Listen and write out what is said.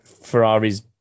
Ferrari's